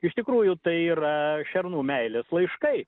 iš tikrųjų tai yra šernų meilės laiškai